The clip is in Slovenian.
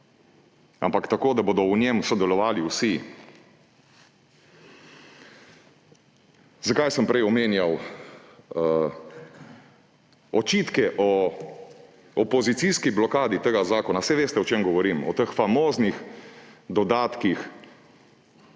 Ampak tako, da bodo pri tem sodelovali vsi. Zakaj sem prej omenjal očitke o pozicijski blokadi tega zakona? Saj veste, o čem govorim, o teh famoznih dodatkih